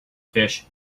fish